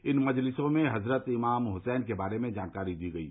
इन मजलिसों में हजरत इमाम हसैन के बारे में जानकारी दी गयी